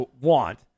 want